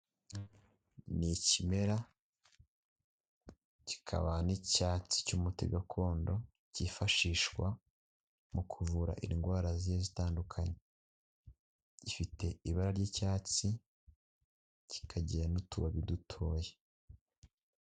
Ni ikimera, kikaba n'icyatsi cy'umuti gakondo, cyifashishwa mu kuvura indwara zigiye zitandukanye. Gifite ibara ry'icyatsi, kikagira n'utubabi dutoya.